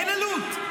אין עלות.